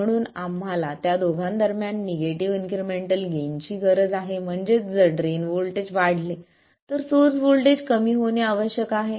म्हणून आम्हाला त्या दोघांदरम्यान निगेटिव्ह इन्क्रिमेंटल गेन ची गरज आहे म्हणजेच जर ड्रेन व्होल्टेज वाढले तर सोर्स व्होल्टेज कमी होणे आवश्यक आहे